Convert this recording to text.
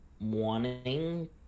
wanting